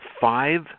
five